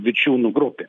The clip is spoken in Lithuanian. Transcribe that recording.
vičiūnų grupė